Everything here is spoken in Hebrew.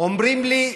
אומרים לי: